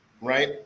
right